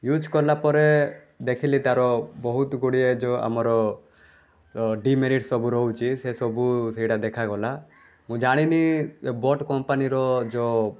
use କଲାପରେ ଦେଖିଲି ତା'ର ବହୁତ ଗୁଡ଼ିଏ ଯେଉଁ ଆମର ଅ ଡିମେରିଟ୍ ସବୁ ରହୁଛି ସେସବୁ ସେଇଟା ଦେଖାଗଲା ମୁଁ ଜାଣିନି ଏ ବୋଟ୍ କମ୍ପାନୀର ଯେଉଁ